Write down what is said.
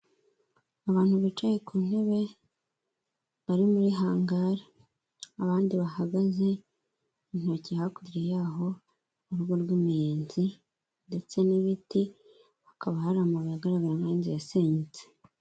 Abantu bicaye ku ntebe bari muri hanga abandi bahagaze intoki hakurya yaho urugo rw'imiyenzi ndetse n'ibiti hakaba hari amabuye agaragara nk'inzu yasenyutse.